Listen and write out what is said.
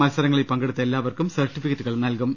മത്സരങ്ങളിൽ പങ്കെ ടുത്ത എല്ലാവർക്കും സർട്ടിഫിക്കറ്റുകൾ നൽകും